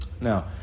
now